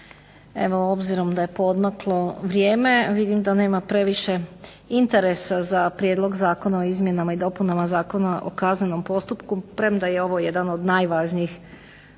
Evo obzirom da je podmaklo vrijeme vidim da nema previše interesa za Prijedlog zakona o izmjenama i dopunama Zakona o kaznenom postupku premda je ovo jedan od najvažnijih